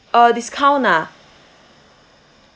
uh discount ah